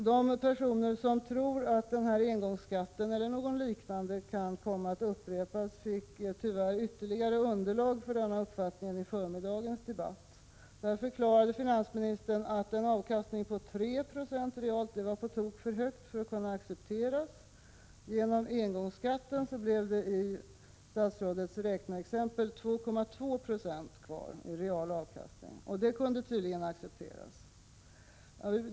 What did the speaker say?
De personer som tror att denna engångsskatt eller någon liknande kan komma att upprepas fick tyvärr ytterligare underlag för denna uppfattning i förmiddagens debatt, där finansministern förklarade att en real avkastning på 3 96 var för hög för att kunna accepteras. Genom engångsskatten blev det i statsrådets räkneexempel 2,2 90 kvar i real avkastning. Det kunde tydligen accepteras.